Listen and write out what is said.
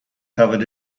covered